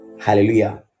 hallelujah